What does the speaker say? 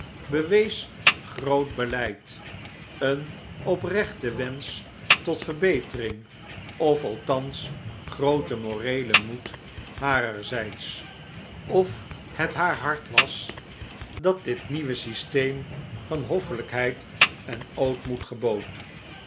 bewees groot beleid een oprechten wensch tot verbetering of althans grooten moreelen moed harerzijds of het haar hart was dat dit nieuwe systeem van hoffelijkheid en ootmoed gebood